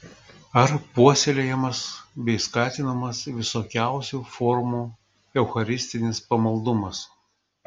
ar puoselėjamas bei skatinamas visokiausių formų eucharistinis pamaldumas